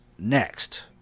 Next